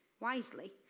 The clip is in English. wisely